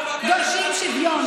דורשים שוויון.